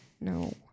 No